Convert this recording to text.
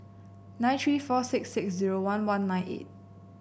nine three four six six zero one one nine eight